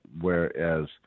Whereas